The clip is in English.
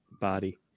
body